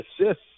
assists